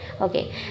okay